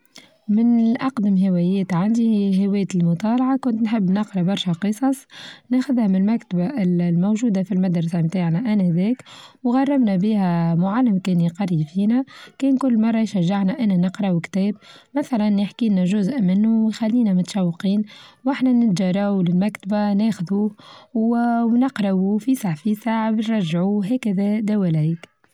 من الأقدم هوايات عندي هواية المطالعة كنت نحب نقرا برشا قصص، ناخدها من المكتبة الموجودة في المدرسة متاعنا آنذاك، وغربنا بها معلم كان يقري فينا، كان كل مرة يشجعنا أننا نقرأوا كتاب، مثلا يحكي لنا جزء منه ويخلينا متشوقين وأحنا نجروا للمكتبة ناخدو ونقرأوا في ساع-في ساعة بنرچعوه هكذا دواليك.